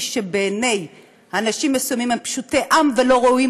מי שבעיני אנשים מסוימים הם פשוטי עם ולא ראויים